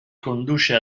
conduce